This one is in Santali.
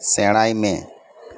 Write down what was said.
ᱥᱮᱬᱟᱭ ᱢᱮ